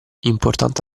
importante